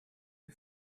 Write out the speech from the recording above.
who